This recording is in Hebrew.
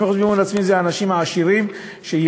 50% מימון עצמי זה האנשים העשירים שיכולים